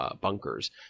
bunkers